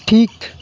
ᱴᱷᱤᱠ